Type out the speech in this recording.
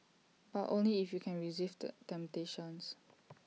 but only if you can resist temptations